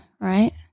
right